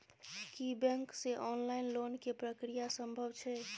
की bank से online loan के प्रक्रिया संभव छै?